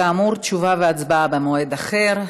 כאמור, תשובה והצבעה במועד אחר.